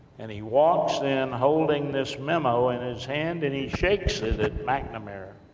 and he walks in, holding this memo in his hand, and he shakes it at mcnamara,